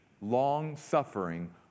long-suffering